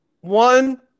One